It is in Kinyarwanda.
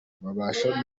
babasha